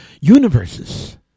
universes